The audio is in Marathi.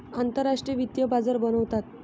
आंतरराष्ट्रीय वित्तीय बाजार बनवतात